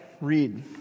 read